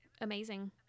amazing